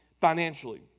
financially